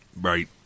Right